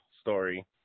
story